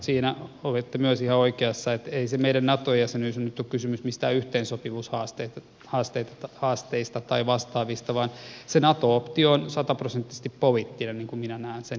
siinä olitte myös ihan oikeassa että ei siinä meidän nato jäsenyydessä nyt ole kysymys mistään yhteensopivuushaasteista tai vastaavista vaan nato optio on sataprosenttisesti poliittinen niin kuin minä näen sen